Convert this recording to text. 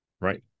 right